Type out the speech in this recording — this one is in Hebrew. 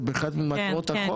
זה באחת ממטרות החוק?